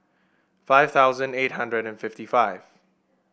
five thousand eight hundred and fifty five